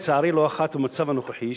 לצערי לא אחת במצב הנוכחי,